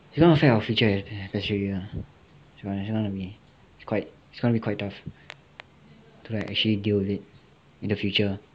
it's going to affect our future eh especially ya it's going to be quite it's going to be quite tough to actually deal with it in the future